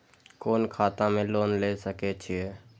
कोन खाता में लोन ले सके छिये?